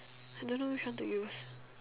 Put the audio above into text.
I don't know which one to use